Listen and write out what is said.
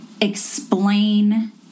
explain